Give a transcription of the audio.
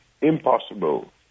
impossible